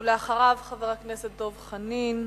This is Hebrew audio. ואחריו, חבר הכנסת דב חנין,